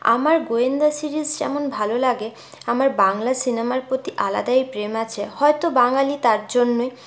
আমার গোয়েন্দা সিরিজ যেমন ভালো লাগে আমার বাংলা সিনেমার প্রতি আলাদাই প্রেম আছে হয়তো বাঙালি তার জন্যই